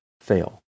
fail